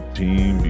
team